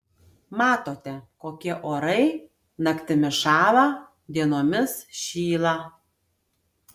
matote kokie orai naktimis šąla dienomis šyla